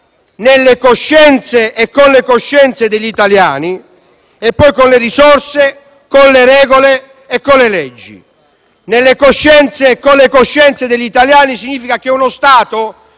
nelle coscienze e con le coscienze degli italiani e, poi, con le risorse, le regole e le leggi. Sconfiggere nelle e con le coscienze degli italiani significa che lo Stato